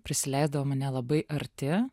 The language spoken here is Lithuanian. prisileisdavo mane labai arti